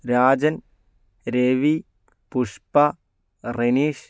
Rajan Ravi Pushpa Renish